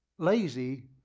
Lazy